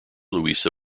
louisa